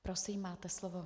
Prosím, máte slovo.